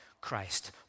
Christ